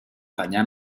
danyar